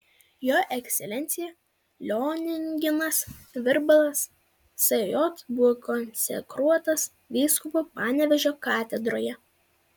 jo ekscelencija lionginas virbalas sj buvo konsekruotas vyskupu panevėžio katedroje